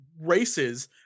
races